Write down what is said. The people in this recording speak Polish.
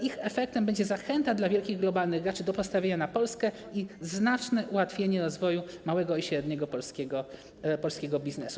Ich efektem będzie zachęta dla wielkich globalnych graczy do postawienia na Polskę i znaczne ułatwienie rozwoju małego i średniego polskiego biznesu.